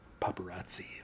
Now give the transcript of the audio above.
paparazzi